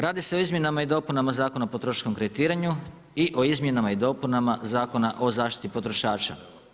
Radi se o izmjenama i dopunama Zakona o potrošačkom kreditiranju i o izmjenama i dopunama Zakona o zaštiti potrošača.